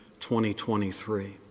2023